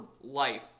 life